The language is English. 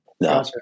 No